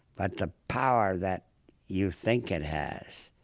but the power that you think it has,